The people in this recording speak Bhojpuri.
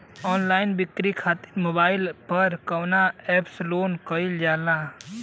ऑनलाइन बिक्री खातिर मोबाइल पर कवना एप्स लोन कईल जाला?